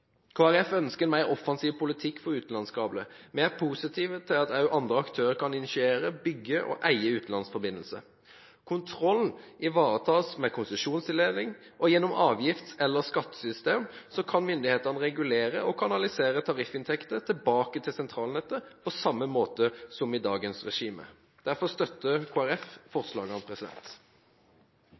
Folkeparti ønsker en mer offensiv politikk for utenlandskabler. Vi er positiv til at også andre aktører kan initiere, bygge og eie utenlandsforbindelser. Kontroll ivaretas ved konsesjonstildeling, og gjennom avgifts- eller skattesystem kan myndighetene regulere og kanalisere tariffinntekter tilbake til sentralnettet på samme måte som i dagens regime. Derfor støtter Kristelig Folkeparti forslagene.